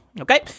Okay